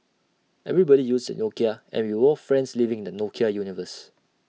everybody used A Nokia and we were all friends living in the Nokia universe